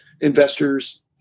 investors